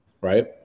Right